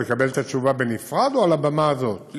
לקבל את התשובה בנפרד או על הבמה הזאת?